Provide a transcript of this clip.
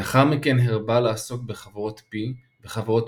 לאחר מכן הרבה לעסוק בחבורות-p וחבורות